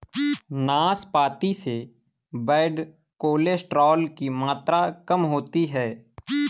नाशपाती से bad cholesterol की मात्रा कम होती है